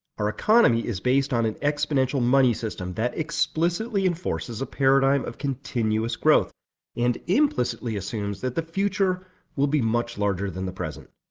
our economy is based on an exponential money system that explicitly enforces a paradigm of continuous growth and implicitly assumes that the future will be much larger than the present.